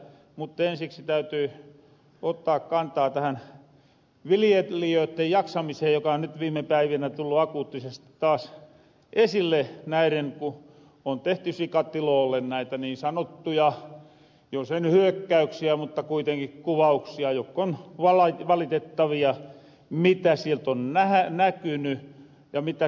mutta ensiksi täytyy ottaa kantaa tähän vilijelijöitten jaksamiseen joka on nyt viime päivinä tullu akuuttisesti taas esille ku on tehty sikatiloolle näitä niin sanottuja jos ei ny hyökkäyksiä mutta kuitenki kuvauksia jokk on valitettavia mitä sielt on näkyny ja mitä sielt on irti saatu